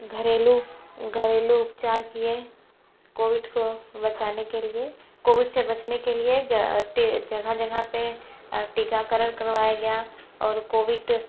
घरेलू घरेलू उपचार किए कोविड को बचाने के लिए कोविड से बचने के लिए जह ते जगह पे टीकाकरण करवाया गया और कोविड